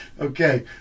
okay